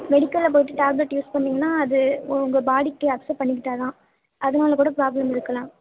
மெடிக்கலில் போயிவிட்டு tablet use பண்ணிங்கன்னா அது உங்கள் பாடிக்கு அக்சப்ட் பண்ணிக்கிட்டாதா அதனால கூட பிராப்ளம் இருக்கலாம்